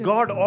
God